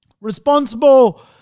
Responsible